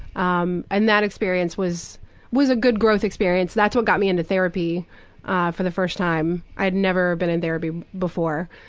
um and that experience was was a good growth experience. that's what got me into therapy for the first time i'd never been in therapy before.